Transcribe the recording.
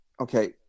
okay